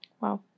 wow